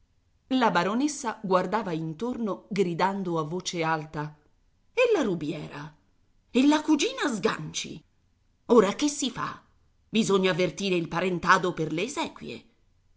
la baronessa guardava intorno gridando a voce alta e la rubiera e la cugina sganci ora che si fa bisogna avvertire il parentado per le esequie